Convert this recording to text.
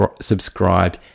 subscribe